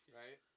right